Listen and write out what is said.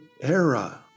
era